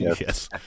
Yes